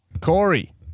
Corey